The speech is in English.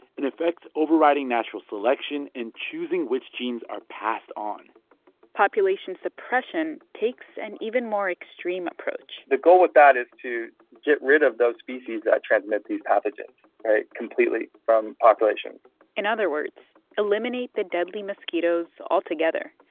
in effect overriding natural selection and choosing which genes are passed on population suppression takes an even more extreme approach the goal with that is to get rid of those species that transmit these pathogens right? completely from the population in other words, eliminate the deadly mosquitoes altogether.